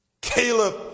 Caleb